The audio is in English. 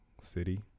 city